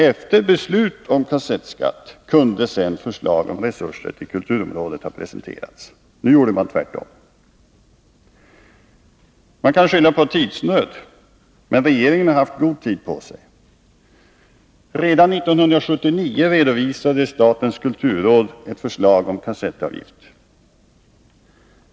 Efter beslut om en kassettskatt kunde så förslaget om resurser till kulturområdet ha presenterats. Nu gjorde man tvärtom. Man kan skylla på tidsnöd, men regeringen har haft god tid på sig. Redan 1979 redovisade statens kulturråd förslaget om kassettavgift.